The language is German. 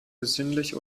besinnlich